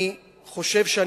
אנחנו מציעים שיתוף ציבור,